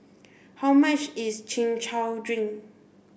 how much is chin chow drink